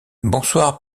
bonsoir